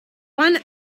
one